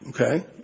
Okay